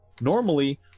normally